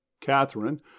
Catherine